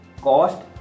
cost